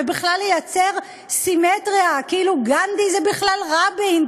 ובכלל לייצר סימטריה כאילו גנדי הוא בכלל רבין,